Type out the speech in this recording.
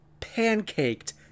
Pancaked